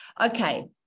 Okay